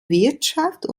wirtschaft